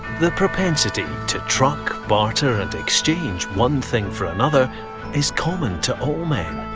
the propensity to truck, barter and exchange one thing for another is common to all man.